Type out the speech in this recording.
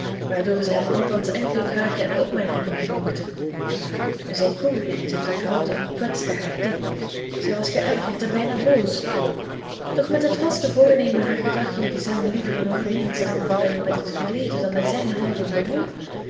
waardoor ze hem althans enkele vragen en opmerkingen ontlokte zijn koelheid en terughouding kwetsten haar diep zij was geërgerd en bijna boos doch met het vaste voornemen haar gedrag jegens hem liever in overeenstemming te brengen met het verleden dan met zijn houding van nu